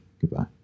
Goodbye